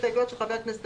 וחבל על הזמן.